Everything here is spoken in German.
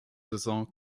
saison